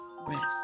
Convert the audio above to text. rest